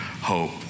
hope